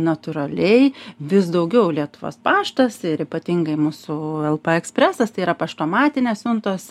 natūraliai vis daugiau lietuvos paštas ir ypatingai mūsų lp ekspresas tai yra paštomatinės siuntos